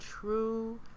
true